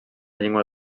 llengua